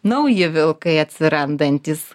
nauji vilkai atsirandantys